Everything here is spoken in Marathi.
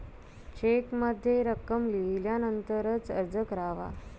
चेकमध्ये रक्कम लिहिल्यानंतरच अर्ज करावा